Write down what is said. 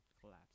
collapse